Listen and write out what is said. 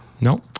no